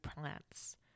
plants